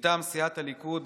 מטעם סיעת הליכוד,